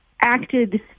acted